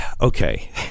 Okay